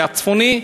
זה הצפוני,